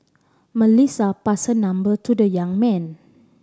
melissa passed number to the young man